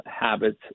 habits